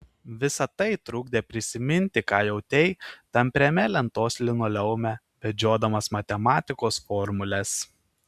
visa tai trukdė prisiminti ką jautei tampriame lentos linoleume vedžiodamas matematikos formules